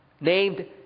named